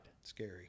scary